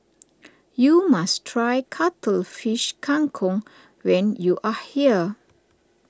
you must try Cuttlefish Kang Kong when you are here